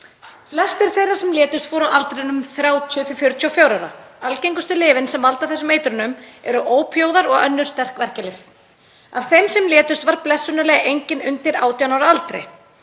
Flestir þeirra sem létust voru á aldrinum 30–44 ára. Algengustu lyfin sem valda þessum eitrunum eru ópíóíðar og önnur sterk verkjalyf. Af þeim sem létust var blessunarlega enginn undir 18 ára aldri.